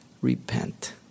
repent